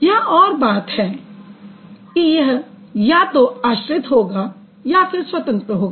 यह और बात है कि यह या तो यह आश्रित होगा या फिर स्वतंत्र होगा